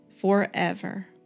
forever